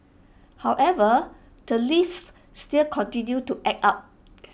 however the lifts still continue to act up